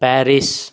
Paris